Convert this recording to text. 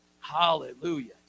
Hallelujah